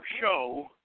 show